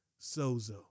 sozo